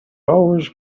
always